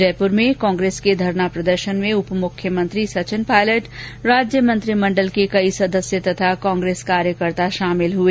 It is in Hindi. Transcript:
जयपुर में कांग्रेस के धरना प्रदर्शन में उप मुख्यमंत्री सचिन पायलट राज्य मंत्रिमण्डल के कई सदस्य तथा कांग्रेस कार्यकर्ता शामिल हुए